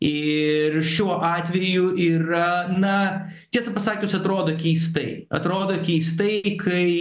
ir šiuo atveju yra na tiesą pasakius atrodo keistai atrodo keistai kai